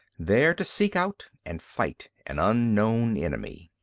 there to seek out and fight an unknown enemy.